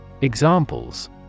Examples